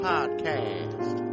Podcast